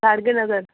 Gadgenagar